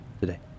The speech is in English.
today